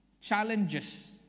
challenges